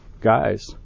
guys